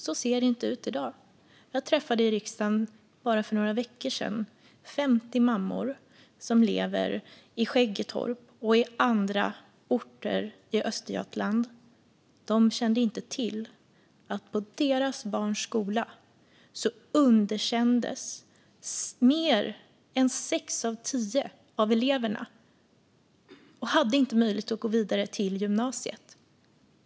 Så ser det inte ut i dag. Jag träffade i riksdagen för några veckor sedan 50 mammor som bor i Skäggetorp och på andra orter i Östergötland. De kände inte till att mer än sex av tio av eleverna på deras barns skola underkändes och inte hade möjlighet att gå vidare till gymnasiet.